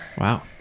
wow